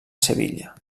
sevilla